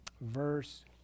Verse